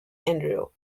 andrew